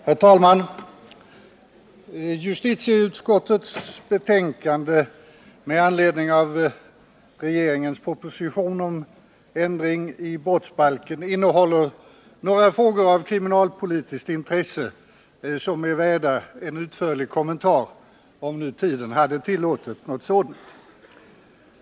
Herr talman! Justitieutskottets betänkande med anledning av regeringens proposition om ändring i brottsbalken innehåller några frågor av kriminalpolitiskt intresse värda en utförlig kommentar — om tiden hade tillåtit det.